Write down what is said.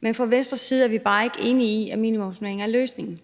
Men i Venstre er vi bare ikke enige i, at minimumsnormeringer er løsningen.